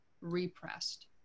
repressed